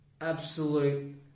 Absolute